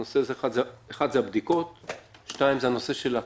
נושא אחד הוא הבדיקות והנושא השני הוא הקשישים.